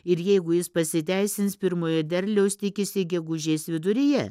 ir jeigu jis pasiteisins pirmojo derliaus tikisi gegužės viduryje